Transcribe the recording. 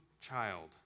child